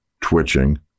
twitching